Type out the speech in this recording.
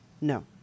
no